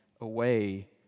away